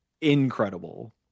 incredible